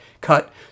cut